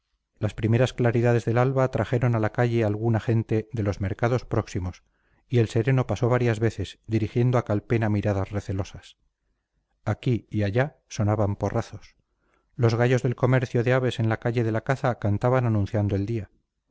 las primeras claridades del alba trajeron a la calle alguna gente de los mercados próximos y el sereno pasó varias veces dirigiendo a calpena miradas recelosas aquí y allá sonaban porrazos los gallos del comercio de aves en la calle de la caza cantaban anunciando el día